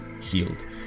healed